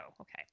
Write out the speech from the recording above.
Okay